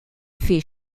fait